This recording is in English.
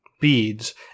beads